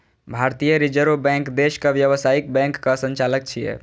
भारतीय reserve bank देशक व्यावसायिक बैंकक संचालक छियै